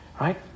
Right